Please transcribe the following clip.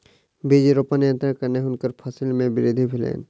बीज रोपण यन्त्रक कारणेँ हुनकर फसिल मे वृद्धि भेलैन